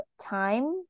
time